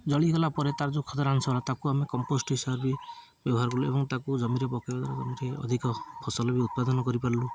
ଜଳିଗଲା ପରେ ତାର ଯେଉଁ ଖଦରା ଅଂଶ ରହିଲା ତାକୁ ଆମେ କମ୍ପୋଷ୍ଟ ହିସାବରେ ବି ବ୍ୟବହାର କଲୁ ଏବଂ ତାକୁ ଜମିରେ ପକେଇବା ଦ୍ୱାରା ଜମିରେ ଅଧିକ ଫସଲ ବି ଉତ୍ପାଦନ କରିପାରିଲୁ